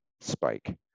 spike